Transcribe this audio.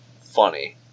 funny